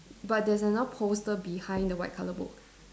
but there's another poster behind the white colour book